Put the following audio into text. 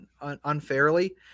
unfairly